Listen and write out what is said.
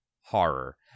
horror